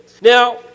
Now